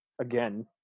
again